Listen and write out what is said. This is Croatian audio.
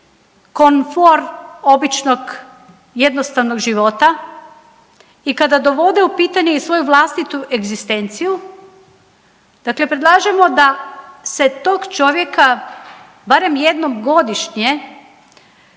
komfor običnog jednostavnog života i kada dovode u pitanje svoju vlastitu egzistenciju. Dakle, predlažemo da se tog čovjeka barem jednom godišnje